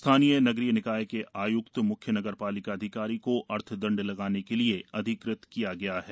स्थानीय नगरीय निकाय के आयुक्तमुख्य नगर पालिका अधिकारी को अर्थदण्ड लगाने के लिये अधिकृत किया गया है